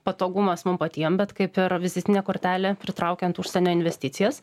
patogumas mum patiem bet kaip ir vizitinė kortelė pritraukiant užsienio investicijas